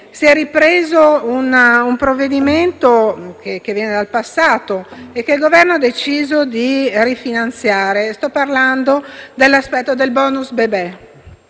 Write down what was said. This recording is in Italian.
si è riproposto un provvedimento che viene dal passato e che il Governo ha deciso di rifinanziare. Sto parlando del *bonus* bebè,